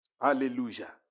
Hallelujah